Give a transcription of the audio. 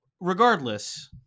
Regardless